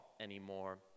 anymore